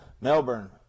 Melbourne